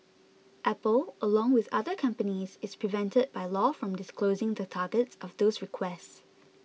apple along with other companies is prevented by law from disclosing the targets of those requests